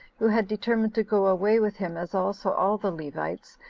who had determined to go away with him, as also all the levites,